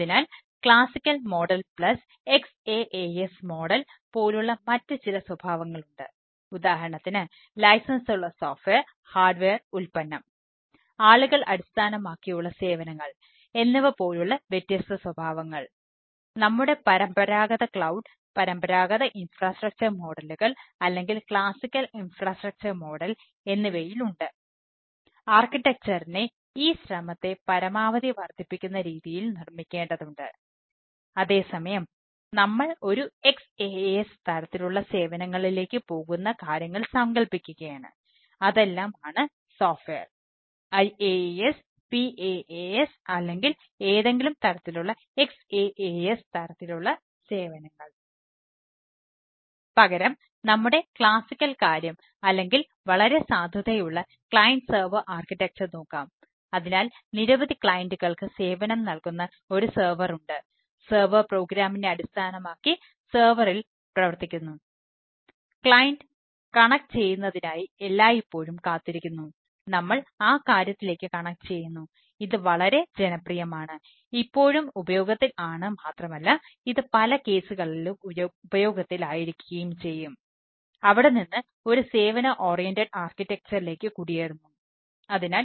അതിനാൽ classical model plus IaaS PaaS അല്ലെങ്കിൽ ഏതെങ്കിലും തരത്തിലുള്ള XaaS തരത്തിലുള്ള സേവനങ്ങൾ